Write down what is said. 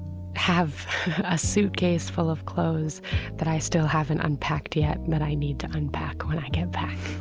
have a suitcase full of clothes that i still haven't unpacked yet, that i need to unpack when i get back